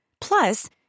Plus